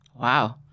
Wow